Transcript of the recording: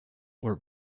were